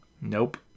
Nope